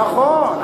נכון.